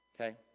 okay